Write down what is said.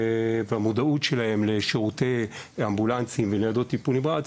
והמודעות שלהם לשירותי אמבולנסים וניידות טיפול נמרץ,